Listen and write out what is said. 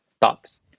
thoughts